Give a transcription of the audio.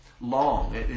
long